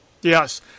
Yes